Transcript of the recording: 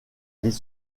les